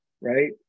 right